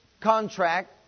contract